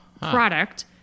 product